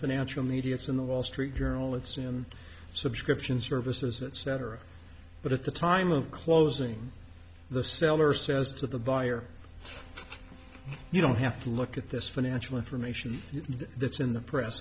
financial media it's in the wall street journal it's in subscription services etc but at the time of closing the seller says to the buyer you don't have to look at this financial information that's in the press